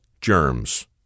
germs